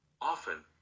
often